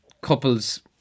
couples